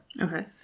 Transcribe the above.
okay